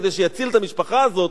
כדי שיציל את המשפחה הזאת,